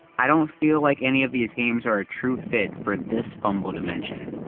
i don't feel like any of these games are a true fit for this fumble dimension.